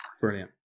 Brilliant